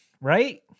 right